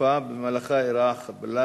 התקופה שבמהלכה אירעה חבלה),